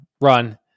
run